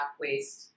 waste